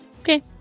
Okay